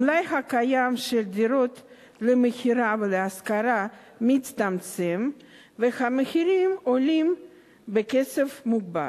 המלאי הקיים של דירות למכירה ולהשכרה מצטמצם והמחירים עולים בקצב מוגבר.